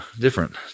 different